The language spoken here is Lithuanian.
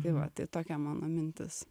tai va tai tokia mano mintis